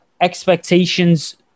expectations